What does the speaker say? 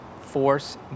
force